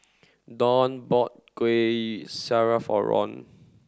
Donn bought Kueh Syara for Ron